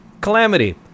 Calamity